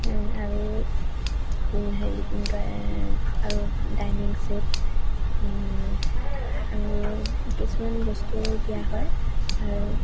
আৰু হেৰি আৰু ডাইনিং ছেট আৰু কিছুমান বস্তু দিয়া হয় আৰু